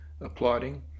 applauding